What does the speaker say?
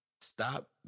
Stop